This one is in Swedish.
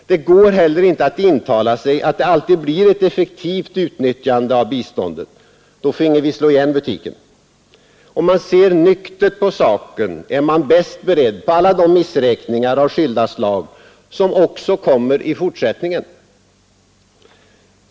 Det går heller inte att söka intala sig, att det alltid blir ett effektivt utnyttjande av biståndet. Då finge vi slå igen butiken. Om man ser nyktert på saken är man bäst beredd på alla de missräkningar av skilda slag som kommer också i fortsättningen.